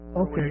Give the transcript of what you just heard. Okay